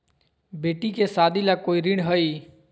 बेटी के सादी ला कोई ऋण हई?